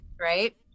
right